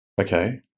Okay